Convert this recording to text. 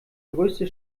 größte